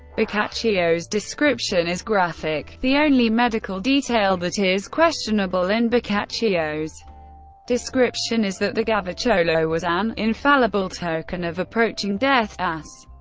boccaccio's description is graphic the only medical detail that is questionable in boccaccio's description is that the gavocciolo was an infallible token of approaching death, as,